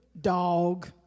dog